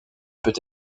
peut